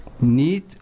need